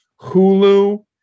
Hulu